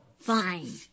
Fine